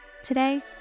today